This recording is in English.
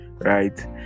right